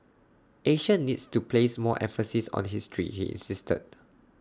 Asia needs to place more emphasis on history he insisted